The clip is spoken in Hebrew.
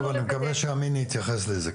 טוב, אני מקווה שאמין יתייחס לזה.